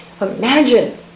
Imagine